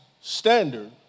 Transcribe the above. standard